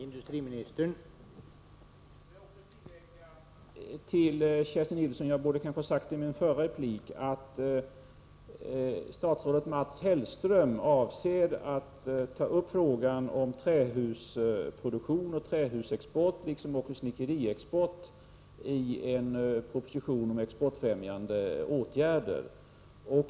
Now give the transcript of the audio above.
Herr talman! Får jag tillägga något som jag kanske borde ha sagt till Kerstin Nilsson i mitt förra inlägg, nämligen att statsrådet Mats Hellström avser att ta upp frågan om trähusproduktion och trähusexport liksom snickeriexport i en proposition om exportfrämjande åtgärder.